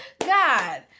God